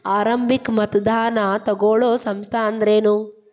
ಆರಂಭಿಕ್ ಮತದಾನಾ ತಗೋಳೋ ಸಂಸ್ಥಾ ಅಂದ್ರೇನು?